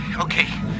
okay